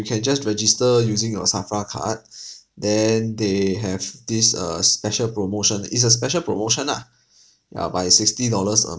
can just register using your SAFRA card then they have this err special promotion it's a special promotion ah ya but it's sixty dollars a